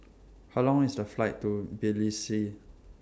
How Long IS The Flight to Tbilisi